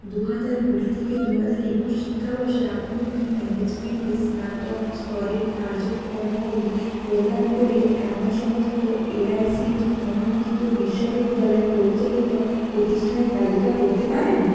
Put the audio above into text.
দু হাজার কুড়ি থেকে দু হাজার একুশ শিক্ষাবর্ষে আপনি কি ম্যানেজমেন্টে স্নাতক স্তরের কার্যকর্মগুলি প্রদান করে এমন সমস্ত A I C T E অনুমোদিত বিশ্ববিদ্যালয় পরিচালিত প্রতিষ্ঠানের তালিকা করতে পারেন